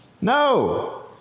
No